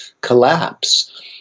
collapse